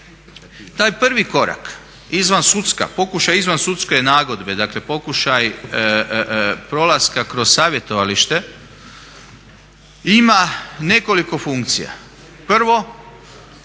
pokušaj izvan sudske nagodbe, dakle pokušaj prolaska kroz savjetovalište ima nekoliko funkcija. Prvo, na